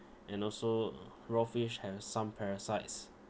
and also raw fish has some parasites